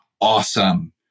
Awesome